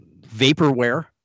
vaporware